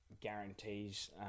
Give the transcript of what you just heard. guarantees